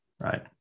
right